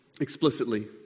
Explicitly